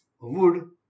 wood